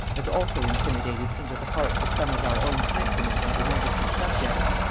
as also intimated into the hearts of some of our own countrymen and her majesty's subjects.